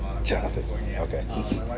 Okay